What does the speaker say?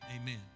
Amen